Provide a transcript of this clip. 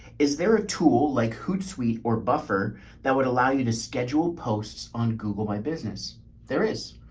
is there a tool like hootsuite or buffer that would allow you to schedule posts on google? my business there is,